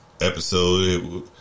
episode